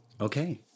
Okay